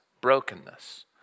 brokenness